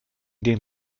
den